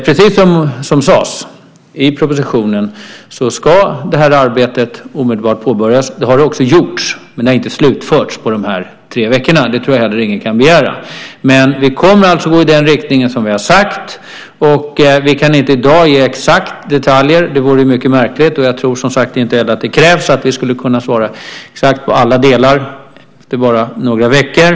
Precis som sades i propositionen ska det här arbetet omedelbart påbörjas. Det har också skett, men det har inte slutförts på de här tre veckorna. Det tror jag inte heller att någon kan begära. Vi kommer alltså att gå i den riktning som vi har sagt. Vi kan inte ge exakta detaljer i dag. Det vore mycket märkligt. Jag tror som sagt inte heller att det krävs att vi kan svara exakt i alla delar efter bara några veckor.